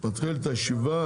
אני מתחיל את הישיבה.